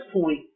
point